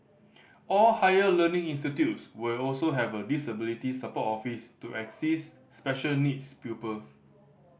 all higher learning institutes will also have a disability support office to assist special needs pupils